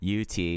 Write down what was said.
UT